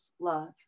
love